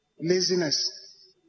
Laziness